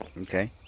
Okay